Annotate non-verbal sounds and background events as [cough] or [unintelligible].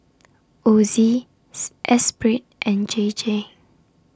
Ozi [unintelligible] Esprit and J J